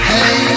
Hey